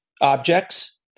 objects